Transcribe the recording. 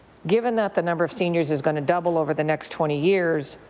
given that the number of seniors is going to double over the next twenty years,